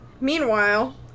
Meanwhile